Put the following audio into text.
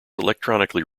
electronically